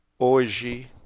Hoje